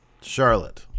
Charlotte